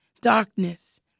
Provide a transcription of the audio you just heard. darkness